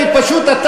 כי פשוט אתה,